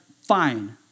fine